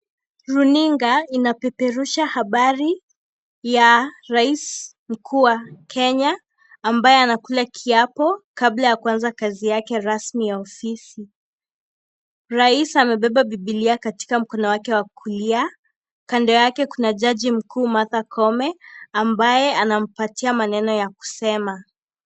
Runinga, inapeperusha habari ya Rais mkuu wa Kenya, ambaye anakula kiapo kabla ya kuanza kazi yake rasmi ya ofisi. Rais amebeba bibilia katika mkono wake wa kulia, kando yake kuna jaji mkuu Martha Koome, ambaye anampatia maneno ya kusema.